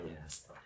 yes